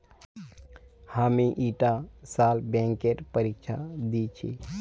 हामी ईटा साल बैंकेर परीक्षा दी छि